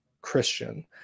Christian